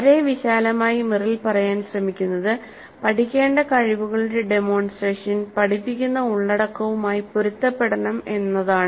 വളരെ വിശാലമായി മെറിൽ പറയാൻ ശ്രമിക്കുന്നത് പഠിക്കേണ്ട കഴിവുകളുടെ ഡെമോൺസ്ട്രേഷൻ പഠിപ്പിക്കുന്ന ഉള്ളടക്കവുമായി പൊരുത്തപ്പെടണം എന്നതാണ്